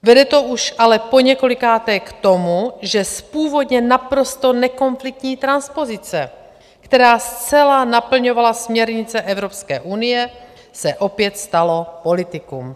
Vede to už ale poněkolikáté k tomu, že z původně naprosto nekonfliktní transpozice, která zcela naplňovala směrnice Evropské unie, se opět stalo politikum.